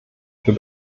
für